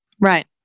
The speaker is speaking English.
Right